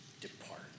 depart